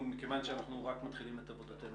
כיוון שאנחנו רק מתחילים את עבודתנו,